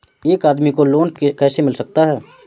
एक आदमी को लोन कैसे मिल सकता है?